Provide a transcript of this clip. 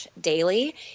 daily